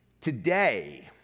today